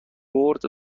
برد